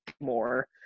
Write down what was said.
more